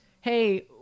Hey